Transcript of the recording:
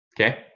okay